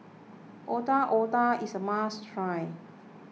Otak Otak is a must try